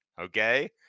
Okay